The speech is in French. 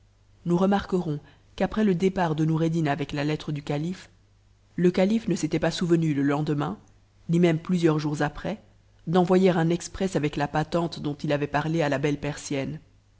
nous rcmarquerons qu'après le départ de noureddin avec la lettre du calife le c if ne s'était pas souvenu le lendemain ni même plusieurs jours après d'en voyer un exprès avec la patente dont il avait parlé à la belle persienne